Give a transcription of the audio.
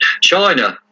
china